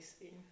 see